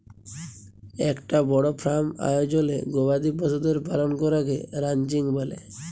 একটা বড় ফার্ম আয়জলে গবাদি পশুদের পালন করাকে রানচিং ব্যলে